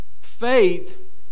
Faith